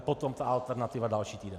Potom ta alternativa další týden.